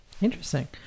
Interesting